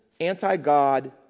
anti-God